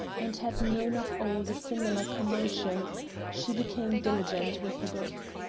and had known of old a similar commotion she became diligent with a book.